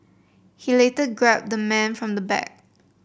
he later grabbed the man from the back